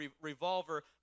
revolver